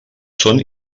són